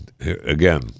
again